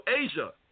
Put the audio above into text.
Asia